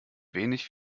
wenig